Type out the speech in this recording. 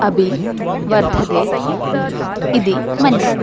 अपि वर्धते इति मन्ये